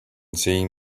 seeing